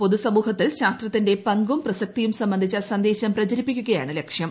പൊതു സമൂഹത്തിൽ ശാസ്ത്രത്തിന്റെ പങ്കും പ്രസക്തിയും സംബന്ധിച്ച സന്ദേശം പ്രചരിപ്പിക്കുകയാണ് ലക്ഷ്യം